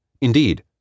Indeed